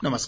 नमस्कार